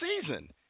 season